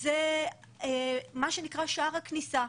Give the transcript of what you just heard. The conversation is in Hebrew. זה מה שנקרא שער הכניסה.